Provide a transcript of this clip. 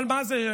אבל מה זה,